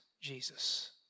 Jesus